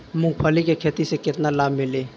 मूँगफली के खेती से केतना लाभ मिली?